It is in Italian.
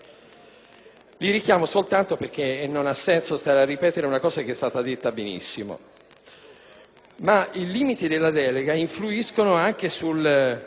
Li richiamo soltanto perché non ha senso stare a ripetere una questione che è stata illustrata benissimo. I limiti della delega influiscono anche sul